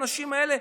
האנשים האלה,